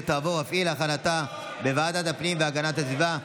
ותעבור אף היא להכנתה בוועדת הפנים והגנת הסביבה.